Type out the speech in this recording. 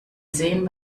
sehen